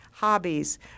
hobbies